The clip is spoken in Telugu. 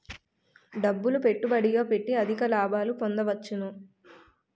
డబ్బులు పెట్టుబడిగా పెట్టి అధిక లాభాలు పొందవచ్చును